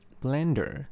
blender，